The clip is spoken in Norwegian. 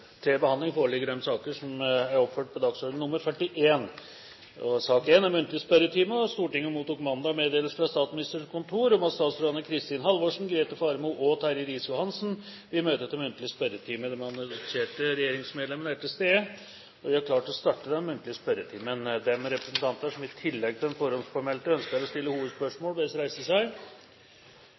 Stortinget mottok mandag meddelelse fra Statsministerens kontor om at statsrådene Kristin Halvorsen, Grete Faremo og Terje Riis-Johansen vil møte til muntlig spørretime. De annonserte regjeringsmedlemmene er til stede, og vi er klare til å starte den muntlige spørretimen. De representanter som i tillegg til de forhåndspåmeldte ønsker å stille hovedspørsmål, bes om å reise seg.